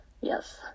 Yes